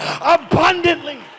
abundantly